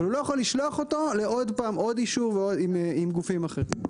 אבל הוא לא יכול לשלוח אותו לעוד פעם עוד אישור עם גופים אחרים.